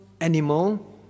animal